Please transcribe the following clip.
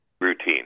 routine